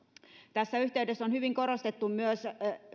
tässä yhteydessä on hyvin korostettu myös